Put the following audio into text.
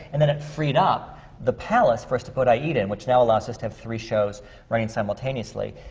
and then it freed up the palace for us to put aida in, which now allows us to have three shows running simultaneously.